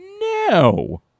no